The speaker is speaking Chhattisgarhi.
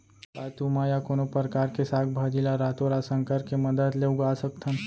का तुमा या कोनो परकार के साग भाजी ला रातोरात संकर के मदद ले उगा सकथन?